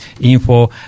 info